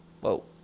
Whoa